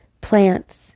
Plants